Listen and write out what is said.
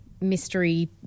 mystery